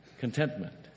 Contentment